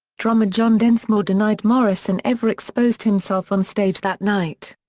drummer john densmore denied morrison ever exposed himself on stage that night.